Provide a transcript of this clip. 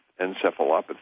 encephalopathy